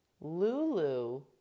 Lulu